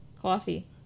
Coffee